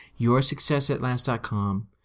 YourSuccessAtLast.com